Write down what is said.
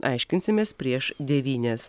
aiškinsimės prieš devynias